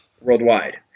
Worldwide